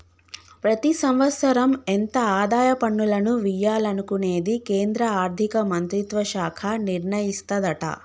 ప్రతి సంవత్సరం ఎంత ఆదాయ పన్నులను వియ్యాలనుకునేది కేంద్రా ఆర్థిక మంత్రిత్వ శాఖ నిర్ణయిస్తదట